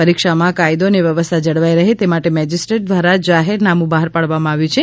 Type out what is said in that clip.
પરીક્ષામાં કાયદો અને વ્યવસ્થા જળવાઈ રહે તે માટે મેજિસ્ટ્રેટ દ્વારા જાહેરનામું બહાર પાડવામાં આવ્યું છે